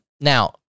Now